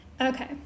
Okay